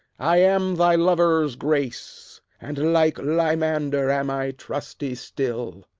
i am thy lover's grace and like limander am i trusty still.